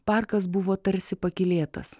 parkas buvo tarsi pakylėtas